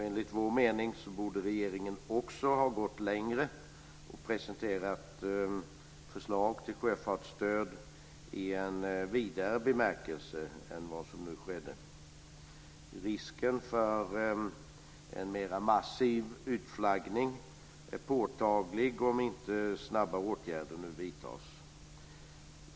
Enligt vår mening borde regeringen också ha gått längre och presenterat förslag till sjöfartsstöd i en vidare bemärkelse än vad som nu skedde. Risken för en mera massiv utflaggning är påtaglig om inte snabba åtgärder vidtas.